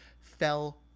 fell